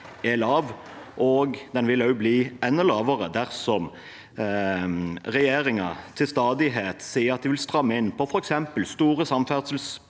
er lav. Den vil også bli enda lavere dersom regjeringen til stadighet sier at de vil stramme inn på f.eks. store samferdselsprosjekter,